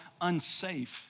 unsafe